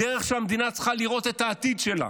בדרך שבה המדינה צריכה לראות את העתיד שלה.